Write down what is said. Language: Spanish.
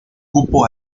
cupo